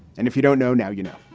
and if you don't know now, you know,